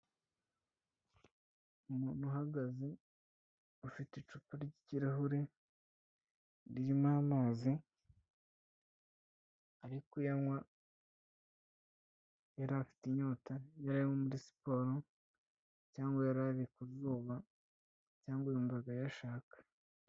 Umuntu uhagaze, ufite icupa ry'ikirahure ririmo amazi, ari kuyanywa, yari afite inyota, yari ari nko muri siporo cyangwa yari ari ku zuba, cyangwa yumvaga ayashaka.